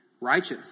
righteous